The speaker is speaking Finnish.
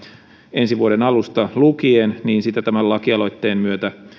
ensi vuoden alusta lukien niin tämän lakialoitteen myötä